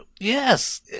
Yes